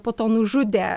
po to nužudė